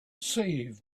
save